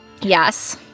Yes